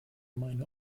meine